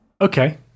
Okay